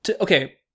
Okay